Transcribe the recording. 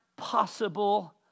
Possible